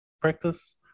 Practice